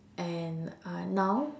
and uh now